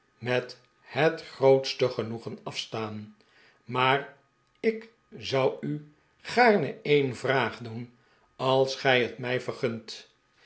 met het grootste genoegen afstaan maar ik zou u gaarne een vraag doen als gij het mij vergunt